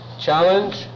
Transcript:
challenge